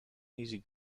easy